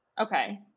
Okay